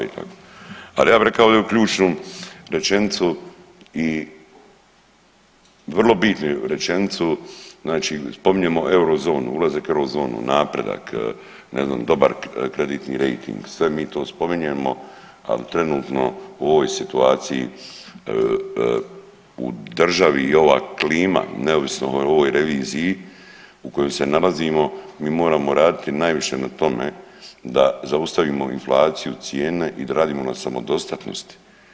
Ali ja bi rekao ovdje ključnu rečenicu i vrlo bitnu rečenicu, znači spominjemo eurozonu, ulazak u eurozonu napredak, ne znam dobar kreditni rejting, sve mi to spominjemo ali trenutno u ovoj situaciji u država i ova klima neovisno o ovoj reviziji u kojoj se nalazimo mi moramo raditi najviše na tome da zaustavimo inflaciju, cijene i da radimo na samodostatnosti.